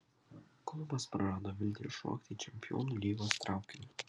klubas prarado viltį įšokti į čempionų lygos traukinį